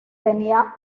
tenía